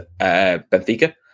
Benfica